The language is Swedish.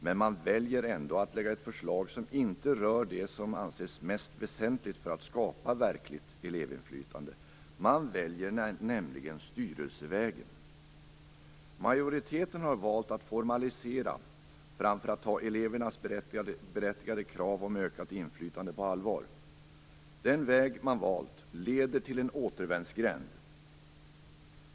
Men man väljer ändå att lägga fram ett förslag som inte rör det som anses mest väsentligt för att skapa verkligt elevinflytande. Man väljer nämligen styrelsevägen. Majoriteten har valt att formalisera framför att ta elevernas berättigade krav om ökat inflytande på allvar. Den väg man valt leder till en återvändsgränd.